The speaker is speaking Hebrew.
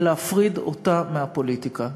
ולהפריד אותה מהפוליטיקה.